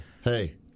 hey